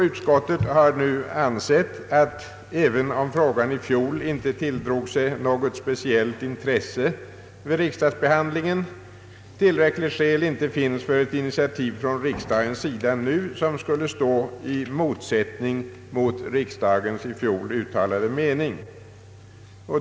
Utskottet har nu ansett att, även om frågan i fjol inte tilldrog sig något speciellt intresse vid riksdagsbehandlingen, tillräckligt skäl inte finns för ett initiativ från riksdagens sida, som skulle stå i motsättning till riksdagens i fjol uttalade mening.